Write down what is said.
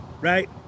right